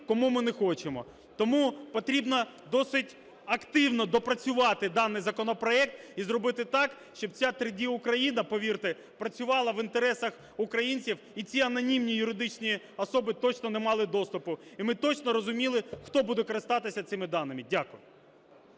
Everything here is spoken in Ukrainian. кому ми не хочемо. Тому потрібно досить активно доопрацювати даний законопроект і зробити так, щоб ця 3D Україна, повірте, працювала в інтересах українців, і ці анонімні юридичні особи точно не мали доступу, і ми точно розуміли, хто буде користатися цими даними. Дякую.